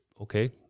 Okay